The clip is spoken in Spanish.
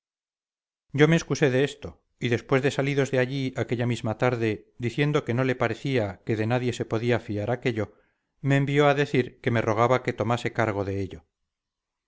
yo me excusé de esto y después de salidos de allí aquella misma tarde diciendo que no le parecía que de nadie se podía fiar aquello me envió a decir que me rogaba que tomase cargo de ello